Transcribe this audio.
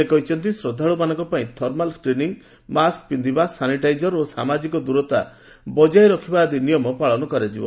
ସେ କହିଛନ୍ତି ଶ୍ରଦ୍ଧାଳୁମାନଙ୍କ ପାଇଁ ଥର୍ମାଲ୍ ସ୍କ୍ରିନିଂ ମାସ୍କ ପିନ୍ଧିବା ସାନିଟାଇଜର୍ ଓ ସାମାଜିକ ଦୂରତା ବଜାୟ ରଖିବା ଆଦି ନିୟମ ପାଳନ କରାଯିବ